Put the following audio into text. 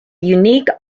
unique